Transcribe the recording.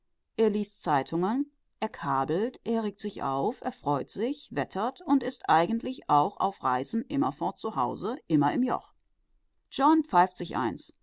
er liest zeitungen er kabelt er regt sich auf freut sich wettert und ist eigentlich auch auf reisen immerfort zu hause immer im joch john pfeift sich eins